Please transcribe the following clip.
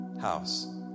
house